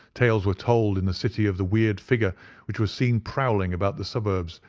tales were told in the city of the weird figure which was seen prowling about the suburbs,